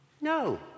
No